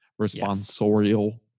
responsorial